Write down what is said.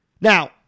Now